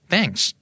Thanks